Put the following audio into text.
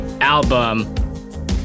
album